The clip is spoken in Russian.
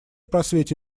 просвете